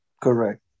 correct